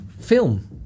film